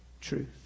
truth